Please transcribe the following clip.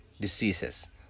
diseases